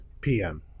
PM